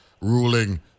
ruling